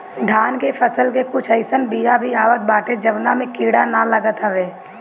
धान के फसल के कुछ अइसन बिया भी आवत बाटे जवना में कीड़ा ना लागत हवे